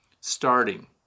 starting